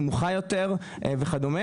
נמוכה יותר וכדומה.